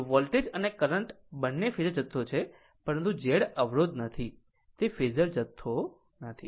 જો વોલ્ટેજ અને કરંટ બંને ફેઝર જથ્થો છે પરંતુ Z અવરોધ નથી તે ફેઝર જથ્થો નથી